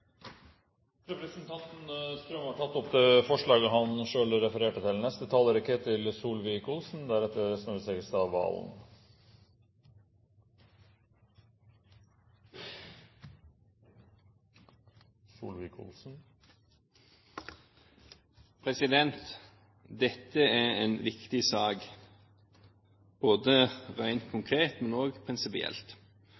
Representanten Tor-Arne Strøm har da tatt opp det forslaget han refererte til. Dette er en viktig sak